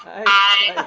aye.